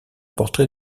portrait